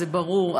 זה ברור,